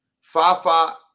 Fafa